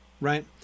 right